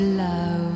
love